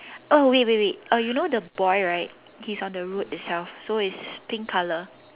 uh wait wait wait uh you know the boy right he's on the road itself so it's pink color